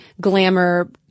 glamour